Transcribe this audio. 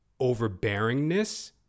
overbearingness